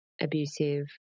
abusive